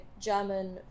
German